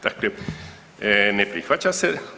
Dakle, ne prihvaća se.